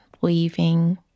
weaving